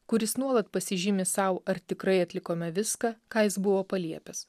kuris nuolat pasižymi sau ar tikrai atlikome viską ką jis buvo paliepęs